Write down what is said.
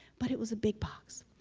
but it was a big box.